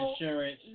insurance